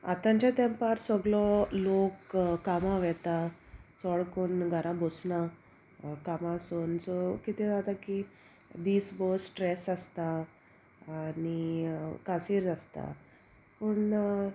आतांच्या तेंपार सगलो लोक कामां वेता चोड कोण घरा बसना कामां सोन सो कितें जाता की दीस बस स्ट्रेस आसता आनी कासीर आसता पूण